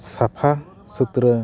ᱥᱟᱯᱷᱟᱼᱥᱩᱛᱨᱟᱹ